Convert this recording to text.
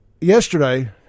Yesterday